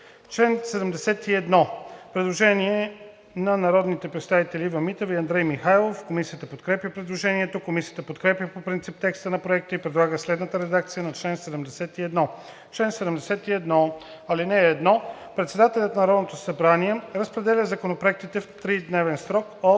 чл. 71 има предложение на народните представители Ива Митева и Андрей Михайлов. Комисията подкрепя предложението. Комисията подкрепя по принцип текста на Проекта и предлага следната редакция на чл. 71: „Чл. 71. (1) Председателят на Народното събрание разпределя законопроектите в тридневен срок от